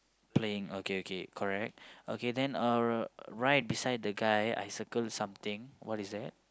playing okay okay correct okay then uh right beside the guy I circle something what is that